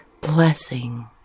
blessing